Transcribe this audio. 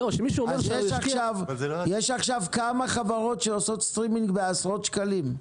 יש עכשיו כמה חברות שעושות סטרימינג בעשרות שקלים.